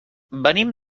venim